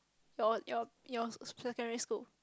your your your secondary school